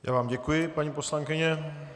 Já vám děkuji, paní poslankyně.